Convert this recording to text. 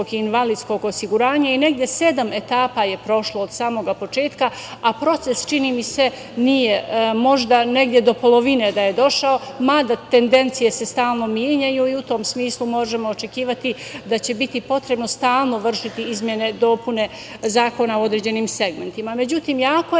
i invalidskog osiguranja, i negde sedam etapa je prošlo od samog početka, a proces čini mi se, možda negde do polovine je došao, mada tendencije se stalno menjaju, i u tom smislu možemo očekivati da će biti potrebno stalno vršiti izmene, dopune zakona u određenim segmentima.Međutim, jako je